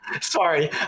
Sorry